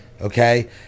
okay